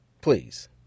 Please